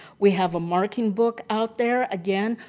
we have a marking book out there. again,